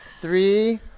Three